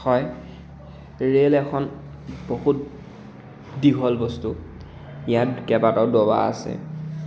হয় ৰে'ল এখন বহুত দীঘল বস্তু ইয়াত কেইবাটাও ডবা আছে